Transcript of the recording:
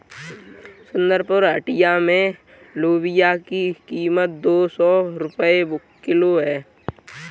सुंदरपुर हटिया में लोबिया की कीमत दो सौ रुपए किलो है